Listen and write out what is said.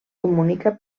comunica